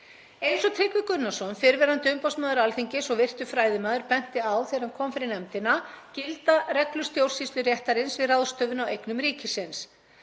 Eins og Tryggvi Gunnarsson, fyrrverandi umboðsmaður Alþingis og virtur fræðimaður, benti á þegar hann kom fyrir nefndina gilda reglur stjórnsýsluréttarins við ráðstöfun á eignum ríkisins.